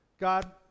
God